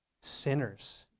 sinners